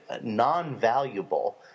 non-valuable